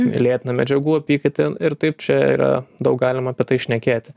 lėtina medžiagų apykaitą ir taip čia yra daug galima apie tai šnekėti